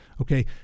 Okay